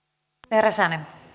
arvoisa